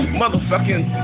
motherfucking